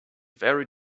very